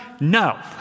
No